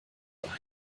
ein